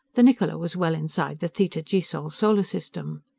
the niccola was well inside the theta gisol solar system.